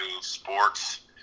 sports